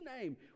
name